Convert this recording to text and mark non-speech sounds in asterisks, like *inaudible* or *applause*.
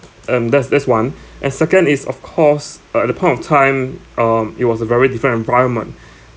and that's that's one *breath* and second is of course uh at a point of time um it was a very different environment *breath*